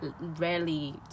rarely